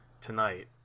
tonight